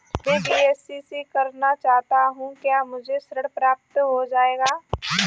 मैं बीएससी करना चाहता हूँ क्या मुझे ऋण प्राप्त हो जाएगा?